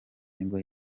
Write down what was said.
nibwo